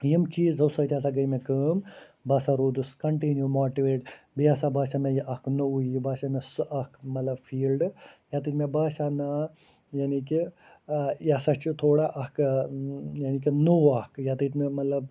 یِم چیٖزو سۭتۍ ہسا گٔے مےٚ کٲم بہٕ ہسا روٗدُس کَنٹِنِو مواٹِویٹ بییہِ ہسا باسیٛوو مےٚ یہِ اَکھ نوٚوٕے یہِ باسیٛوو مےٚ سُہ اَکھ مطلب فیٖلڈٕ ییٚتیٚتھ مےٚ باسیٛوو نا یعنی کہِ ٲں یہِ ہسا چھُ تھوڑا اَکھ ٲں یعنے کہِ نوٚو اَکھ ییٚتیٚتھ مےٚ مطلب